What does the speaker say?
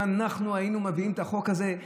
אם אנחנו היינו מביאים את החוק הזה,